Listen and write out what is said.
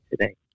today